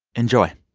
enjoy